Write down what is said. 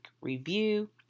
review